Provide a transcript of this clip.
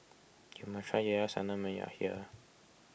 you must try Sanum when you are here